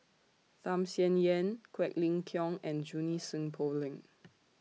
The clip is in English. Tham Sien Yen Quek Ling Kiong and Junie Sng Poh Leng